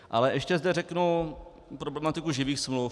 Ale ještě zde řeknu problematiku živých smluv.